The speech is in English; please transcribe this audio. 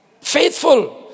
faithful